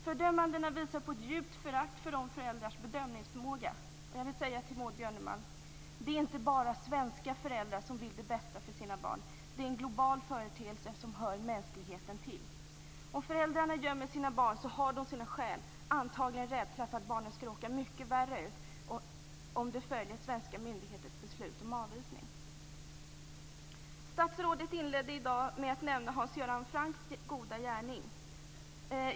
Fördömandena visar på ett djupt förakt för dessa föräldrars bedömningsförmåga. Jag vill säga till Maud Björnemalm: Det är inte bara svenska föräldrar som vill det bästa för sina barn. Det är en global företeelse som hör mänskligheten till. Om föräldrarna gömmer sina barn har de sina skäl, antagligen rädsla för att barnen skall råka mycket värre ut om de följer svenska myndigheters beslut om avvisning. Statsrådet Schori inledde i dag med att nämna Hans Göran Francks goda gärning.